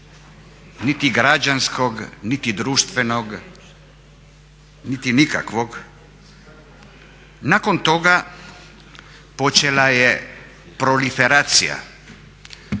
niti građanskog, niti društvenog niti nikakvog, nakon toga počela je proliferacija